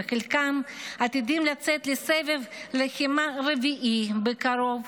וחלקם עתידים לצאת לסבב לחימה רביעי בקרוב,